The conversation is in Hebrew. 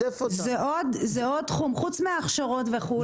זה עוד תחום, חוץ מהכשרות וכולי.